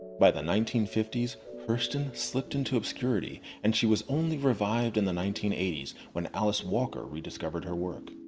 by the nineteen fifty hurston, slipped into obscurity and she was only revived in the nineteen eighty s when alice walker rediscovered her work.